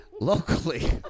Locally